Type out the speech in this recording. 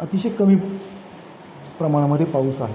अतिशय कमी प्रमाणामध्ये पाऊस आहे